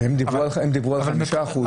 מבחינת הקפאה?